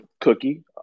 Cookie